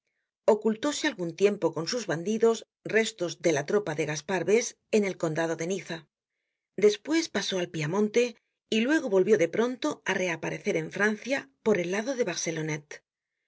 ocultóse algun tiempo con sus bandidos restos de la tropa de gaspar bés en el condado de niza despues pasó al piamontc y luego volvió de pronto á reaparecer en francia por el lado de